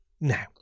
Now